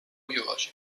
biològic